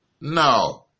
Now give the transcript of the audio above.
No